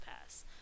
pass